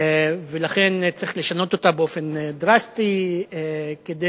ולכן צריך לשנות אותה באופן דרסטי כדי